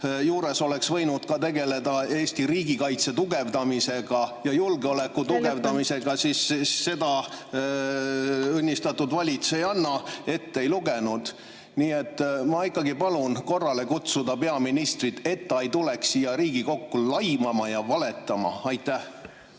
[asemel] oleks võinud ka tegeleda Eesti riigikaitse tugevdamisega ja julgeoleku tugevdamisega. Seda õnnistatud valitsejanna ette ei lugenud. Nii et ma palun korrale kutsuda peaministrit, et ta ei tuleks siia Riigikokku laimama ja valetama.